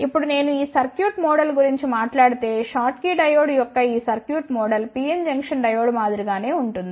ఇప్పుడు నేను ఈ సర్క్యూట్ మోడల్ గురించి మాట్లాడితే షాట్కీ డయోడ్ యొక్క ఈ circuit model PN junction diode మాదిరి గానే ఉంటుంది